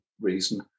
reason